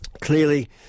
clearly